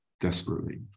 desperately